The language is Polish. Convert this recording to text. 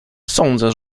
sądzę